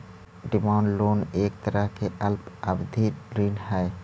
demand loan एक तरह के अल्पावधि ऋण हइ